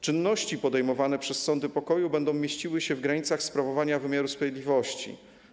Czynności podejmowane przez sądy pokoju będą mieściły się w granicach sprawowania wymiaru sprawiedliwości.